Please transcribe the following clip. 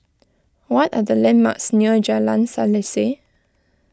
what are the landmarks near Jalan Selaseh